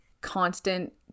constant